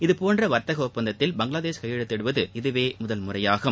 இது போன்ற வர்த்தக ஒப்பந்தத்தில் பங்களாதேஷ் கையெழுத்திடுவது இதவே முதன்முறையாகும்